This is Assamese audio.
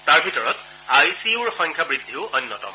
তাৰ ভিতৰত আই চি ইউৰ সংখ্যা বৃদ্ধিও অন্যতম